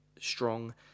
strong